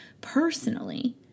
personally